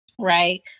right